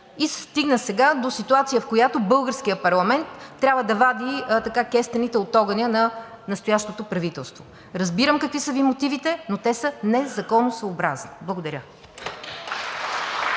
се стигна сега до ситуация, в която българският парламент трябва да вади кестените от огъня на настоящото правителство. Разбирам какви са Ви мотивите, но те са незаконосъобразни. Благодаря.